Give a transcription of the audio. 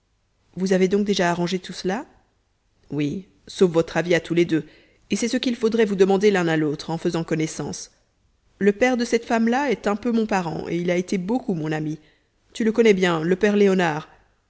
vous avez donc déjà arrangé tout cela oui sauf votre avis à tous les deux et c'est ce qu'il faudrait vous demander l'un à l'autre en faisant connaissance le père de cette femme-là est un peu mon parent et il a été beaucoup mon ami tu le connais bien le père léonard